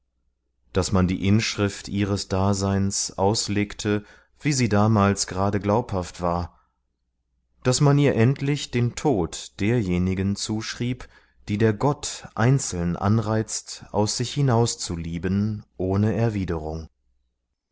daß man die inschrift ihres daseins auslegte wie sie damals gerade glaubhaft war daß man ihr endlich den tod derjenigen zuschrieb die der gott einzeln anreizt aus sich hinauszulieben ohne erwiderung